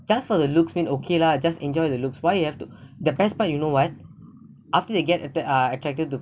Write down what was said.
just for the looks mean okay lah just enjoy the looks why you have to the best part you know what after they get attack ah attracted to